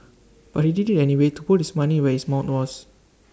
but he did IT anyway to put his money where his mouth was